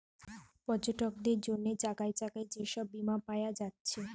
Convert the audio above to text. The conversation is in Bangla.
পর্যটকদের জন্যে জাগায় জাগায় যে সব বীমা পায়া যাচ্ছে